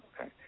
okay